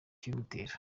ikibimutera